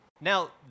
Now